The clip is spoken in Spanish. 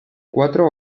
cuatro